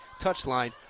touchline